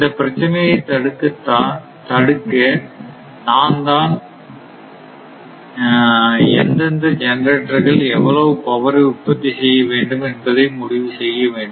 இந்த பிரச்சனைகளை தடுக்க நான் தான் எந்தெந்த ஜெனரேட்டர்கள் எவ்வளவு பவரை உற்பத்தி செய்ய வேண்டும் என்பதை முடிவு செய்ய வேண்டும்